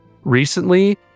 recently